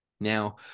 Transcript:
Now